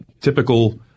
typical